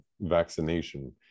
vaccination